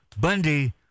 Bundy